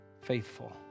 faithful